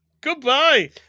Goodbye